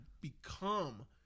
become